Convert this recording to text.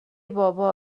بابا